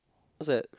what's that